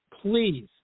please